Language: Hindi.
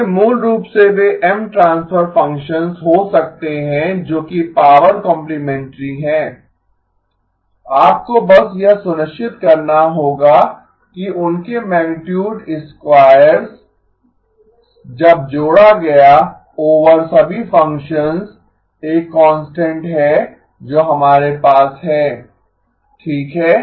इसलिए मूल रूप से वे M ट्रांसफ़र फ़ंक्शंस हो सकते हैं जो कि पॉवर कॉम्प्लिमेंटरी हैं आपको बस यह सुनिश्चित करना होगा कि उनके मैगनीटुड स्क्वायरस जब जोड़ा गया ओवर सभी फ़ंक्शंस एक कांस्टेंट है जो हमारे पास है ठीक है